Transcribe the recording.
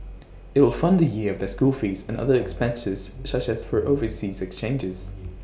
IT will fund A year of their school fees and other expenses such as for overseas exchanges